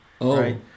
Right